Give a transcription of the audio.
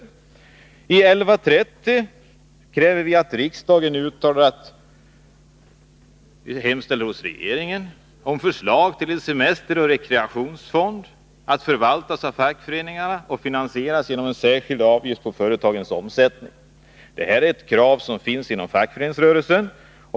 I motion 1130 kräver vi att riksdagen hos regeringen hemställer om förslag till en semesteroch rekreationsfond, att förvaltas av fackföreningarna och finansieras genom en särskild avgift på företagens omsättning. Det här är ett krav som finns inom fackföreningsrörelsen.